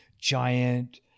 giant